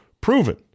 proven